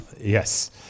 Yes